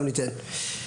גם ניתן.